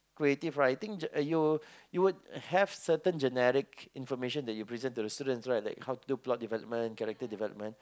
creative writing just you you would have certain generic information that you present to the students right like how to plot development character development